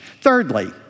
Thirdly